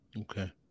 okay